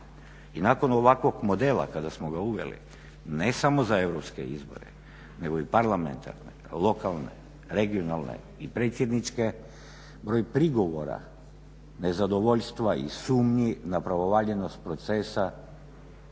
I nakon ovakvog modela kada smo ga uveli, ne samo za europske izbore nego i parlamentarne, lokalne, regionalne i predsjedničke broj prigovora nezadovoljstva i sumnji na pravovaljanost procesa